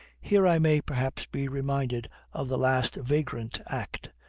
here i may, perhaps, be reminded of the last vagrant act,